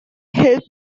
help